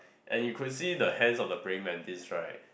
and you could see the hands of the praying mantis right